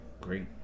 great